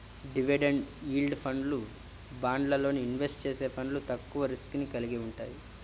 dividend yield ఫండ్లు, బాండ్లల్లో invest చేసే ఫండ్లు తక్కువ రిస్క్ ని కలిగి వుంటయ్యి